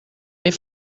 mais